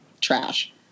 Trash